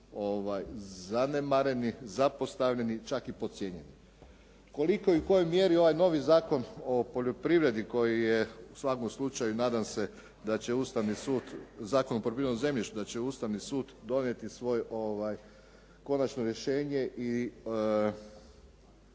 zanemareni, zapostavljeni, čak i podcijenjeni. Koliko i u kojoj mjeri ovaj novi Zakon o poljoprivredi koji je u svakom slučaju nadam se da će Ustavni sud Zakon o poljoprivrednom zemljištu, da će Ustavni sud donijeti svoje konačno rješenje i